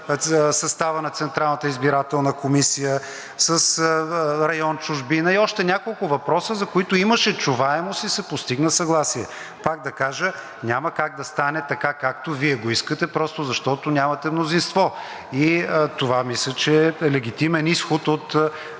състава на Централната избирателна комисия, с район „Чужбина“ и още няколко въпроса, за които имаше чуваемост и се постигна съгласие. Пак да кажа, няма как да стане така, както Вие го искате просто защото нямате мнозинство. Това мисля, че е легитимен изход от